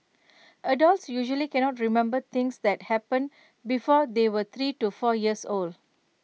adults usually cannot remember things that happened before they were three to four years old